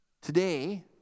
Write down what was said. Today